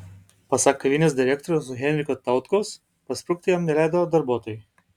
pasak kavinės direktoriaus henriko tautkaus pasprukti jam neleido darbuotojai